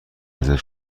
رزرو